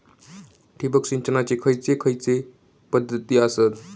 ठिबक सिंचनाचे खैयचे खैयचे पध्दती आसत?